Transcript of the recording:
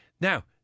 Now